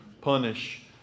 punish